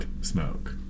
smoke